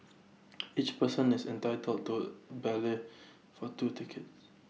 each person is entitled to ballot for two tickets